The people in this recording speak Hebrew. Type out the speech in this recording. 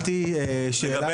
כן כן,